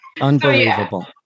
Unbelievable